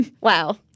Wow